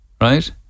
right